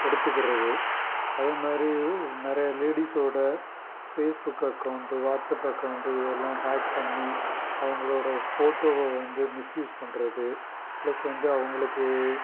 எடுத்துக்கிறது அதே மாதிரியும் நிறைய லேடீஸ்ஸோடய ஃபேஸ்புக் அக்கௌண்ட்டு வாட்ஸ்ஸப் அக்கௌண்ட்டு இது எல்லாம் ஹேக் பண்ணி அவங்களோட ஃபோட்டோவை வந்து மிஸ்யூஸ் பண்ணுறது ப்ளஸ் வந்து அவங்களுக்கு